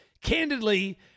Candidly